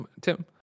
tim